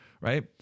right